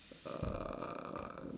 uh